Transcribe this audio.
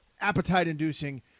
appetite-inducing